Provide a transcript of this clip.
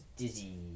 dizzy